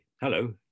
hello